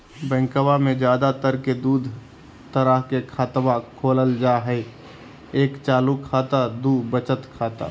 बैंकवा मे ज्यादा तर के दूध तरह के खातवा खोलल जाय हई एक चालू खाता दू वचत खाता